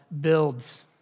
builds